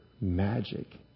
magic